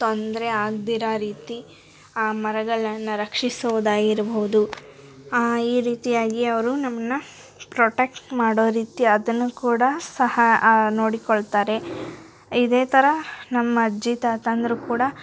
ತೊಂದರೆ ಆಗ್ದಿರ ರೀತಿ ಆ ಮರಗಳನ್ನ ರಕ್ಷಿಸೋದಾಗಿರ್ಬಹುದು ಈ ರೀತಿಯಾಗಿ ಅವರು ನಮ್ಮನ್ನ ಪ್ರೊಟೆಕ್ಟ್ ಮಾಡೋ ರೀತಿ ಅದನ್ನು ಕೂಡ ಸಹ ನೋಡಿಕೊಳ್ತಾರೆ ಇದೇ ಥರ ನಮ್ಮಜ್ಜಿ ತಾತಂದಿರು ಕೂಡ